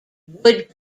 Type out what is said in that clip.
wood